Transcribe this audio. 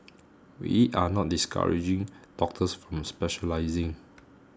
we are not discouraging doctors from specialising